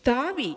தாவி